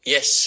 Yes